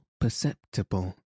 perceptible